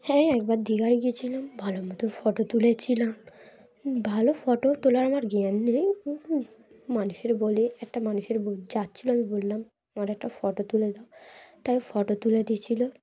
হ্যাঁ একবার দীঘার গিয়েছিলাম ভালো মতো ফটো তুলেছিলাম ভালো ফটো তোলার আমার জ্ঞান নেই মানুষের বলে একটা মানুষের যাচ্ছিলো আমি বললাম আমার একটা ফটো তুলে দাও তাই ফটো তুলে দিয়েছিলো